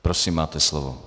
Prosím, máte slovo.